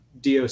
doc